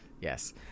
Yes